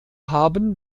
haben